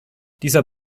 dieser